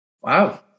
Wow